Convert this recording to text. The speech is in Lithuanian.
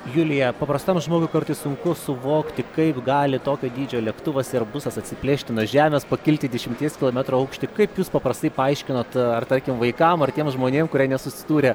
julija paprastam žmogui kartais sunku suvokti kaip gali tokio dydžio lėktuvas ierbusas atsiplėšti nuo žemės pakilti į dešimties kilometrų aukštį kaip jūs paprastai paaiškinat ar tarkim vaikam ar tiem žmonėm kurie nesusidūrę